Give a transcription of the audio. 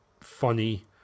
funny